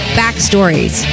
backstories